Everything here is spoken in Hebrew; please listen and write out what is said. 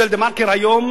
של "דה-מרקר" היום,